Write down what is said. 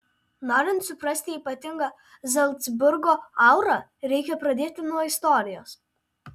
norint suprasti ypatingą zalcburgo aurą reikia pradėti nuo istorijos